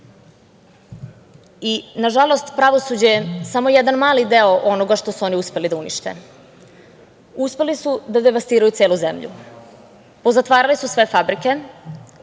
funkcionera. Nažalost, pravosuđe je samo jedan mali deo onoga što su oni uspeli da u unište. Uspeli su da devastiraju celu zemlju, pozatvarali su sve fabrike,